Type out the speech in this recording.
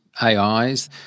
AIs